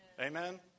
Amen